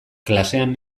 klasean